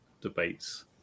debates